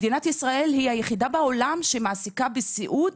מדינת ישראל היא היחידה בעולם שמעסיקה בסיעוד,